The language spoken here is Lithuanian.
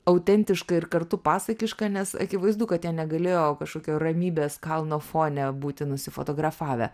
autentiška ir kartu pasakiška nes akivaizdu kad jie negalėjo kažkokio ramybės kalno fone būti nusifotografavę